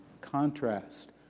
contrast